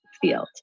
field